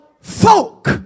folk